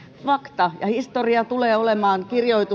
fakta ja historiankirjoitus tulee olemaan